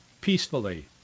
peacefully